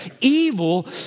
evil